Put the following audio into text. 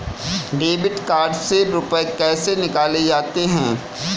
Debit card से रुपये कैसे निकाले जाते हैं?